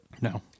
No